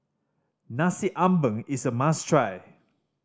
Nasi Ambeng is a must try